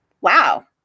Wow